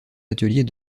atelier